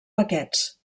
paquets